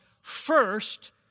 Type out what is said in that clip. first